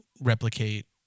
replicate